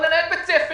מה זה לנהל בית ספר,